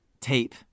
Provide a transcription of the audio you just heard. tape